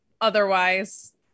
otherwise